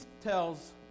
tells